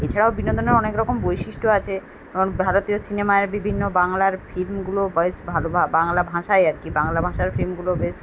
এছাড়াও বিনোদনের অনেক রকম বৈশিষ্ট্য আছে যেমন ভারতীয় সিনেমার বিভিন্ন বাংলার ফিল্মগুলো বয়স ভালো বাংলা ভাষায় আর কী বাংলা ভাষার ফিল্মগুলো বেশ